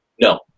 No